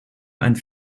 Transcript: and